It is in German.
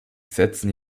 setzen